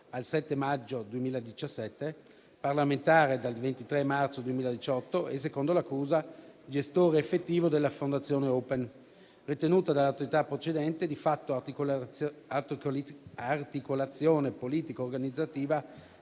al 7 maggio 2017, parlamentare dal 23 marzo 2018 e, secondo l'accusa, gestore effettivo della Fondazione Open, ritenuta dall'autorità procedente di fatto articolazione politica organizzativa